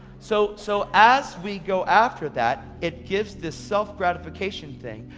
so so as we go after that it gives the self-gratification thing.